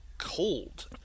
Cold